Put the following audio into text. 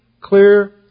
clear